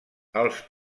els